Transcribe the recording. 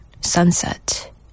Sunset